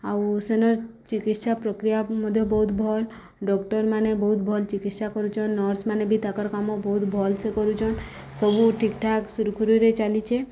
ଆଉ ସେନ ଚିକିତ୍ସା ପ୍ରକ୍ରିୟା ମଧ୍ୟ ବହୁତ୍ ଭଲ୍ ଡକ୍ଟର୍ମାନେ ବହୁତ୍ ଭଲ୍ ଚିକିତ୍ସା କରୁଚନ୍ ନର୍ସ୍ମାନେ ବି ତାକର୍ କାମ ବହୁତ୍ ଭଲ୍ସେ କରୁଚନ୍ ସବୁ ଠିକଠାକ୍ ସୁରୁଖୁରୁରେ ଚାଲିଚେ